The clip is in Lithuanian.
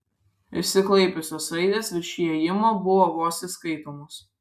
išsiklaipiusios raidės virš įėjimo buvo vos įskaitomos